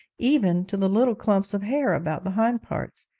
even to the little clumps of hair about the hind parts,